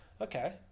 okay